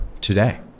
today